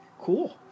Cool